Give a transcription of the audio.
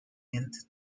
into